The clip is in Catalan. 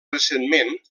recentment